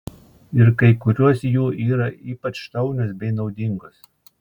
ir kai kurios jų yra ypač šaunios bei naudingos